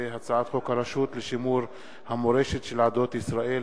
הצעת חוק הרשות לשימור המורשת של עדות ישראל,